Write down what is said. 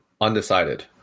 undecided